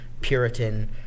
Puritan